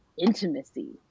intimacy